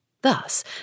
Thus